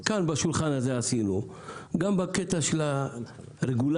שעשינו כאן בשולחן הזה גם בקטע של הרגולציה,